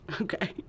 okay